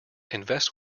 invest